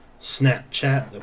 Snapchat